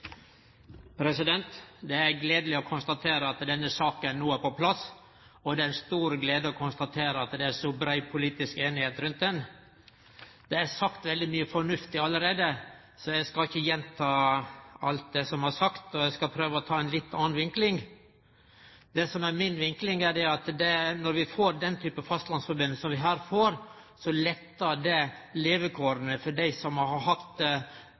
2019. Det er gledeleg å konstatere at denne saka no er på plass, og det er ei stor glede å konstatere at det er så brei politisk einigheit rundt ho. Det er sagt veldig mykje fornuftig allereie, så eg skal ikkje gjenta alt det som er sagt. Eg skal prøve å ta ei litt anna vinkling. Det som er mi vinkling, er at når vi får den typen fastlandssamband som vi her får, lettar det levekåra for dei som har hatt ei vanskelegare tilknyting til samferdselsnettet enn andre har